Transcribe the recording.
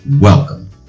welcome